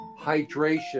hydration